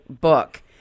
book